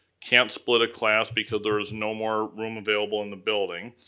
can't split a class because there is no more room available in the building.